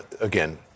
again